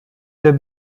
der